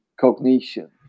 cognition